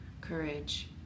Courage